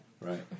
Right